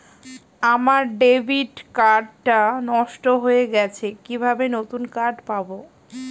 আমার debit card টা নষ্ট হয়ে গেছে কিভাবে নতুন কার্ড পাব?